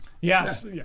Yes